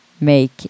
make